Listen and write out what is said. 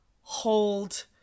hold